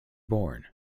born